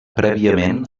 prèviament